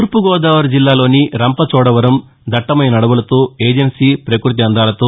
తూర్పు గోదావరి జిల్లాలోని రంపచోడవరం దట్టమైన అడవులతో ఏజెన్సీ ప్రకృతి అందాలతో